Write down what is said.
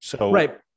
Right